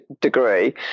degree